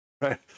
right